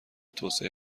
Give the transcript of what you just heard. توسعه